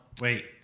Wait